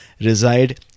reside